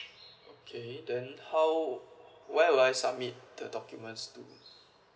okay then how where would I submit the documents to